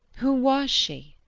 who was she?